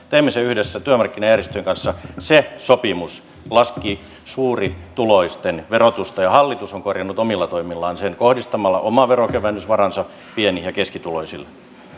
teimme sen yhdessä työmarkkinajärjestöjen kanssa ja se sopimus laski suurituloisten verotusta ja hallitus on korjannut omilla toimillaan sen kohdistamalla oman veronkevennysvaransa pieni ja keskituloisille